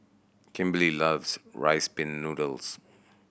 Kimberely loves Rice Pin Noodles